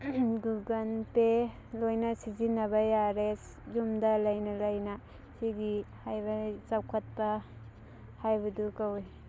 Google ꯄꯦ ꯂꯣꯏꯅ ꯁꯤꯖꯤꯟꯅꯕ ꯌꯥꯔꯦ ꯌꯨꯝꯗ ꯂꯩꯅ ꯂꯩꯅ ꯁꯤꯒꯤ ꯍꯥꯏꯕꯗꯤ ꯆꯥꯎꯈꯠꯄ ꯍꯥꯏꯕꯗꯨ ꯀꯧꯋꯤ